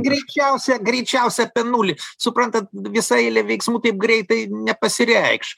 greičiausia greičiausia apie nulį suprantat visa eilė veiksmų taip greitai nepasireikš